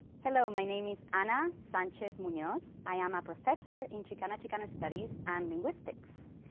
hello. my name is ana sanchez-munoz. i am a professor in chicano chicana studies and linguistics.